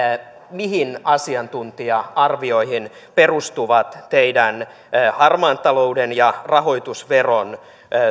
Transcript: mihin asiantuntija arvioihin perustuvat teidän harmaan talouden ja rahoitusveron